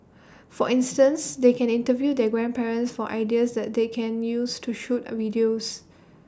for instance they can interview their grandparents for ideas that they can use to shoot A videos